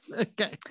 okay